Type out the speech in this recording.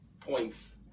points